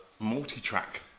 multi-track